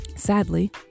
Sadly